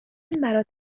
برات